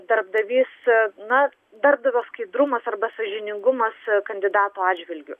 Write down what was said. darbdavys na darbdavio skaidrumas arba sąžiningumas kandidato atžvilgiu